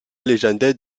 légendaire